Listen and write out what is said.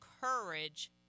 courage